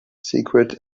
secrets